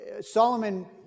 Solomon